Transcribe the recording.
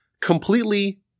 completely